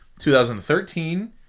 2013